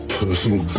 personal